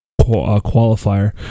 qualifier